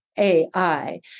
AI